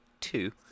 two